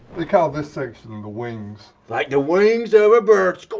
they call this section the wings. like the wings of a